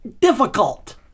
difficult